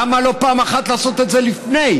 למה לא פעם אחת לעשות את זה לפני?